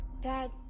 Dad